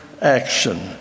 action